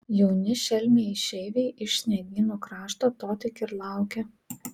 jauni šelmiai išeiviai iš sniegynų krašto to tik ir laukia